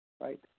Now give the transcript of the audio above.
right